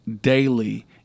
daily